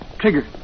Trigger